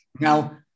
Now